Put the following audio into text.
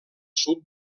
sud